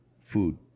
Food